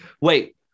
Wait